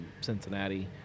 Cincinnati